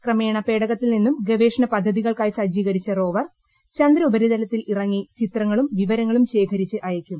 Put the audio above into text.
ക്രമേണ പേടകത്തിൽ നിന്നും ഗവേഷണ പദ്ധതികൾക്കായി സജ്ജീകരിച്ച റോവർ ചന്ദ്രോപരിതലത്തിൽ ഇറങ്ങി ചിത്രങ്ങളും വിവരങ്ങളും ശേഖരിച്ച് അയയ്ക്കും